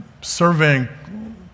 surveying